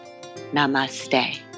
Namaste